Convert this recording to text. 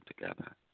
together